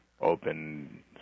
open